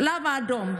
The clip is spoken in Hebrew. הצלב האדום,